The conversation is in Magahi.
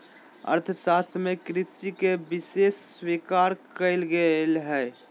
अर्थशास्त्र में कृषि के विशेष स्वीकार कइल गेल हइ